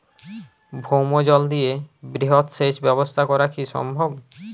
ভৌমজল দিয়ে বৃহৎ সেচ ব্যবস্থা করা কি সম্ভব?